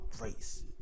race